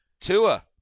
Tua